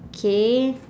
okay